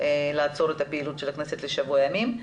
לעצור את הפעילות של הכנסת לשבוע ימים.